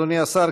אדוני השר,